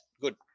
good